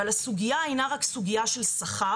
אבל הסוגיה אינה רק סוגיה של שכר,